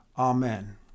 Amen